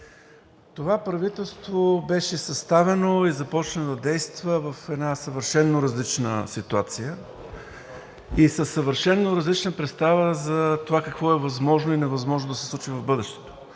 Това правителство беше съставено и започна да действа в една съвършено различна ситуация и със съвършено различна ситуация за това какво е възможно и невъзможно да се случи в бъдещето.